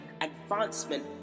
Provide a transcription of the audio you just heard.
advancement